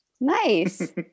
Nice